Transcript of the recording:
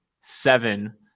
seven